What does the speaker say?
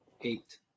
Eight